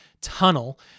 tunnel